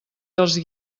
dels